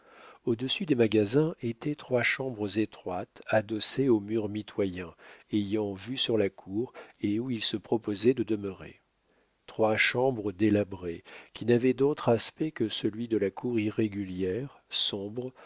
au-dessus des magasins étaient trois chambres étroites adossées au mur mitoyen ayant vue sur la cour et où il se proposait de demeurer trois chambres délabrées qui n'avaient d'autre aspect que celui de la cour irrégulière sombre